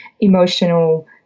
emotional